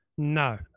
No